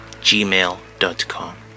gmail.com